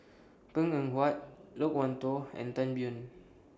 Png Eng Huat Loke Wan Tho and Tan Biyun